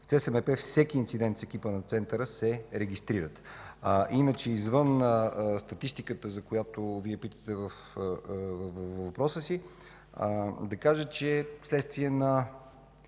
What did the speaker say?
В ЦСМП всеки инцидент с екипа на Центъра се регистрира. Извън статистиката, за която Вие питате във въпроса си, ще кажа, че вследствие на